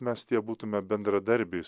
mes tie būtume bendradarbiais